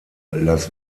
las